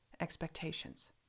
expectations